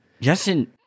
Justin